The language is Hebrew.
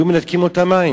היו מנתקים לו את המים,